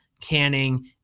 Canning